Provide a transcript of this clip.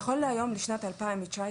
נכון לשנת 2019,